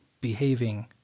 behaving